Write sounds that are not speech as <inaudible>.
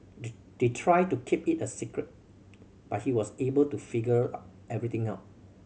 <unintelligible> they tried to keep it a secret but he was able to figure <unintelligible> everything out